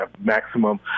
maximum